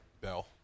Bell